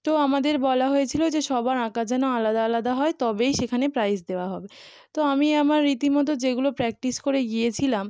তো আমাদের বলা হয়েছিলো যে সবার আঁকা যেন আলাদা আলাদা হয় তবেই সেখানে প্রাইজ দেওয়া হবে তো আমি আমার রীতিমতো যেগুলো প্র্যাকটিস করে গিয়েছিলাম